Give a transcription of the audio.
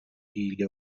حیله